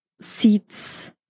seats